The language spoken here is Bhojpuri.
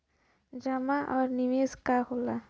जमा और निवेश का होला?